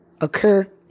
occur